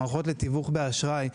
המערכות לתיווך באשראי,